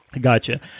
Gotcha